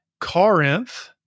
Corinth